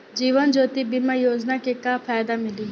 जीवन ज्योति बीमा योजना के का फायदा मिली?